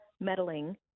meddling